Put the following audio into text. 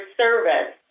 service